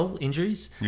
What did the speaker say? injuries